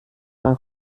euro